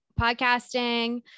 podcasting